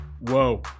Whoa